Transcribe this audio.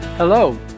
Hello